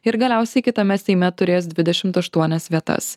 ir galiausiai kitame seime turės dvidešimt aštuonias vietas